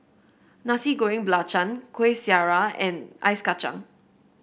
Nasi Goreng Belacan Kueh Syara and Ice Kacang